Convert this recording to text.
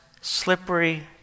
slippery